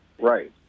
Right